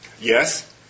Yes